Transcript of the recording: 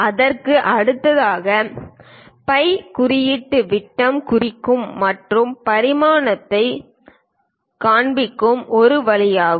அதற்கு அடுத்ததாக பை குறியீட்டு விட்டம் குறிக்கிறது மற்றும் பரிமாணத்தை காண்பிக்கும் ஒரு வழியாகும்